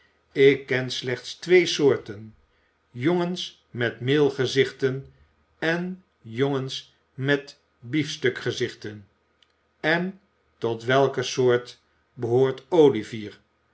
ik ken slechts twee soorten jongens met meel gezichten en jongens met beafstuk gezichten en tot welke soort behoort olivier